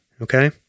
Okay